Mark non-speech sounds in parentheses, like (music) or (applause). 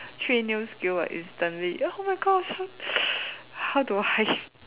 three new skill I instantly oh my gosh how (noise) how do I